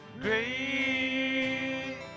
Great